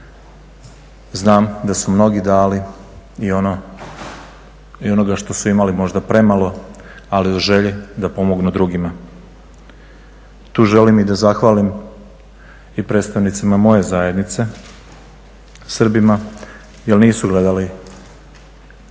Znam da su mnogi dali i ono, i onoga što su imali možda premalo ali u želji da pomognu drugima. Tu želim i da zahvalim i predstavnicima moje zajednice, Srbima, jer nisu gledali